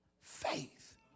faith